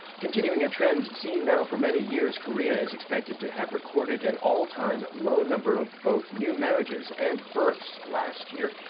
continuing a trend seen now for many years, korea is expected to have recorded an and all-time low number of both new marriages and births last year,